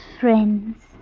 friends